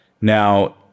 Now